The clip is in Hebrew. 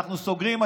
ואנחנו סוגרים,